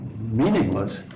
meaningless